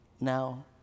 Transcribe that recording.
now